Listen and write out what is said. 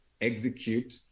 execute